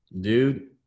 dude